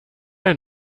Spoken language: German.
ein